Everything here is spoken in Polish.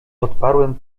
odparłem